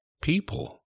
people